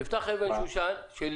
תפתח אבן שושן שלי: